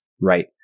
right